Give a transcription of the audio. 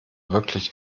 wirklich